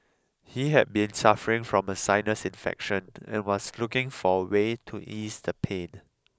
he had been suffering from a sinus infection and was looking for a way to ease the pain